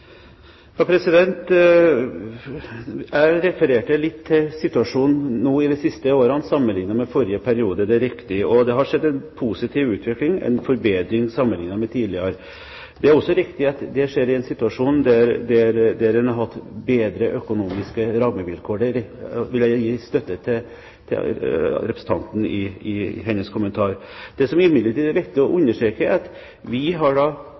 Jeg refererte litt til situasjonen i de siste årene sammenliknet med forrige periode, det er riktig. Det har skjedd en positiv utvikling, en forbedring, sammenliknet med tidligere. Det er også riktig at det skjer i en situasjon der man har hatt bedre økonomiske rammevilkår. Der gir jeg støtte til representantens kommentar. Det som imidlertid er viktig å understreke, er at vi har hatt forhandlinger hvert år. Det er inngått avtaler hvert år, og det er de avtalene som da